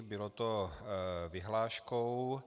Bylo to vyhláškou.